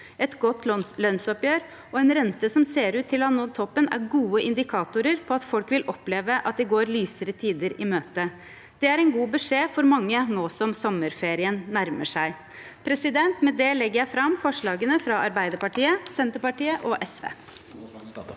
Et godt lønnsoppgjør og en rente som ser ut til å ha nådd toppen, er gode indikatorer på at folk vil oppleve at de går lysere tider i møte. Det er en god beskjed for mange nå som sommerferien nærmer seg. Med det anbefaler jeg tilrådingen fra Arbeiderpartiet, Senterpartiet og SV.